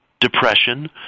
Depression